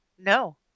No